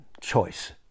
choice